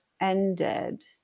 ended